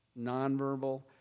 nonverbal